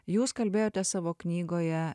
jūs kalbėjote savo knygoje